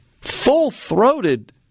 full-throated